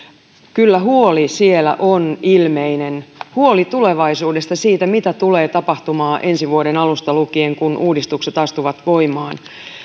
kyllä huoli siellä on ilmeinen huoli tulevaisuudesta siitä mitä tulee tapahtumaan ensi vuoden alusta lukien kun uudistukset astuvat voimaan